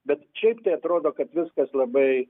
bet šiaip tai atrodo kad viskas labai